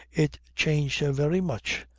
it changed her very much,